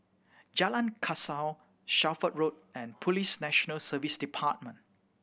Jalan Kasau Shelford Road and Police National Service Department